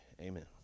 amen